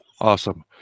awesome